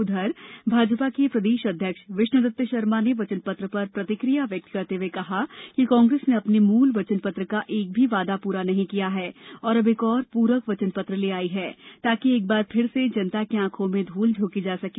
उधर भाजपा के प्रदेश अध्यक्ष विष्णुदत्त शर्मा ने वचन पत्र पर प्रतिकिया व्यक्त करते हुए कहा कि कांग्रेस ने अपने मूल वचन पत्र का एक भी वादा पूरा नहीं किया है और अब एक और पूरक वचनपत्र ले आई है ताकि एक बार फिर से जनता की आंखों में धूल झोंकी जा सके